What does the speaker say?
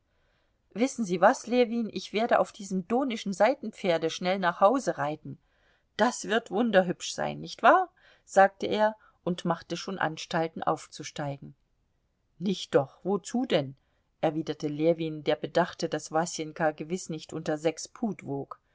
wissen sie was ljewin ich werde auf diesem donischen seitenpferde schnell nach hause reiten das wird wunderhübsch sein nicht wahr sagte er und machte schon anstalten aufzusteigen nicht doch wozu denn erwiderte ljewin der bedachte daß wasenka gewiß nicht unter sechs pud wog